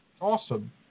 Awesome